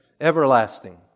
Everlasting